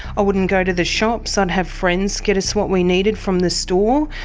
i wouldn't go to the shops, i'd have friends get us what we needed from the store.